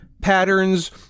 Patterns